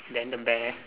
then the bear